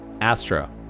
Astra